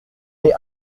est